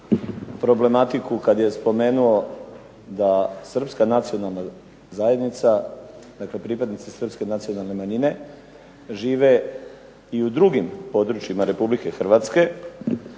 problematiku kada je spomenuo da kada Srpska nacionalna zajednica dakle pripadnici Srpske nacionalne manjine žive i u drugim područjima RH i kada